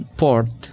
port